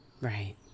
Right